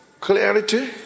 clarity